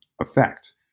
effect